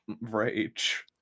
rage